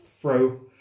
throw